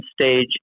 stage